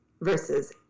versus